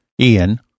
Ian